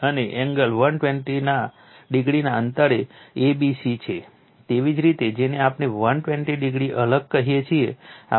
અને angle 120o ના અંતરે a b c છે તેવી જ રીતે જેને આપણે 120o અલગ કહીએ છીએ